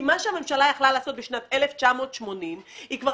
כי מה שהממשלה יכלה לעשות ב-1980 היא כבר